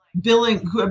billing